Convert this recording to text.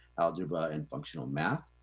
algebra and functional math.